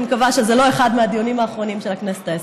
אני מקווה שזה לא אחד מהדיונים האחרונים של הכנסת העשרים.